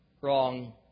wrong